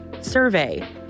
survey